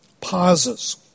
pauses